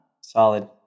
solid